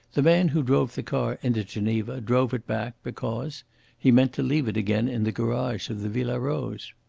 the man who drove the car into geneva drove it back, because he meant to leave it again in the garage of the villa rose.